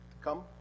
come